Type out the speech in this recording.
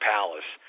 Palace